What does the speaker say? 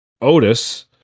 Otis